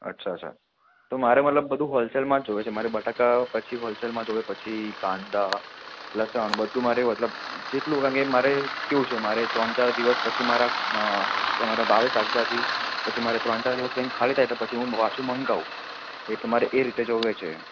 અચ્છા અચ્છા તો મારે મતલબ બધું હોલસેલમાં જ જોઈએ છે મારે બટાકા પછી હોલસેલમાં જોવે પછી કાંદા લસણ બધું મારે મતલબ જેટલું કારણ કે મારે કેવું છે મારે ત્રણ ચાર દિવસ પછી મારા ભાવે શાકભાજી પછી મારે ત્રણ ચાર દિવસ રહીને ખાલી થાય તો પછી હું પાછું મંગાવું એટલે મારે એ રીતે જોઈએ છે